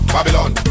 Babylon